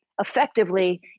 effectively